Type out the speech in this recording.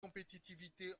compétitivité